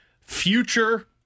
future